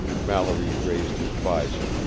mallory raised his visor,